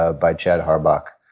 ah by chad harbach.